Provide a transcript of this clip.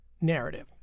narrative